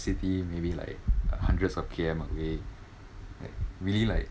city maybe like hundreds of K_M away like really like